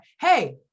hey